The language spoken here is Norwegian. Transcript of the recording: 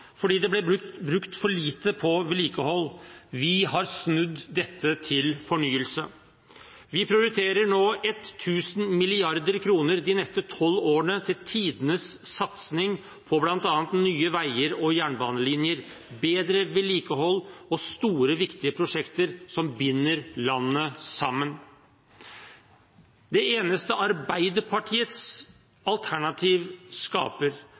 fordi det ble brukt for lite på vedlikehold. Vi har snudd dette til fornyelse. Vi prioriterer nå 1 000 mrd. kr de neste tolv årene til tidenes satsing på bl.a. nye veier og jernbanelinjer, bedre vedlikehold og store viktige prosjekter som binder landet sammen. Det eneste Arbeiderpartiets alternativ skaper,